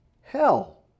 hell